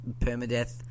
permadeath